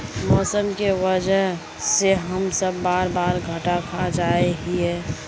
मौसम के वजह से हम सब बार बार घटा खा जाए हीये?